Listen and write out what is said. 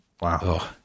Wow